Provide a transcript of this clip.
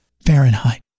Fahrenheit